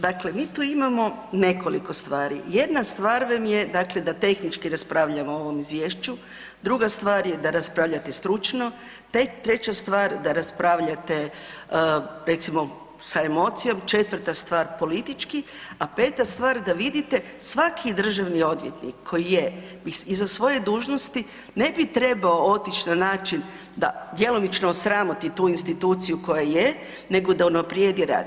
Dakle, mi tu imamo nekoliko stvari, jedna stvar vam je dakle da tehnički raspravljamo o ovom izvješću, druga stvar je da raspravljate stručno, treća stvar da raspravljate recimo sa emocijom, četvrta stvar politički, a peta stvar da vidite svaki državni odvjetnik koji je iza svoje dužnosti ne bi trebao otići na način da djelomično osramoti tu instituciju koja je nego da unaprijedi rad.